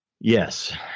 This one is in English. Yes